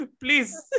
Please